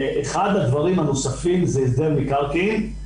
אחד הדברים הנוספים הוא הסדר מקרקעין,